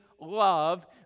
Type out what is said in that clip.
love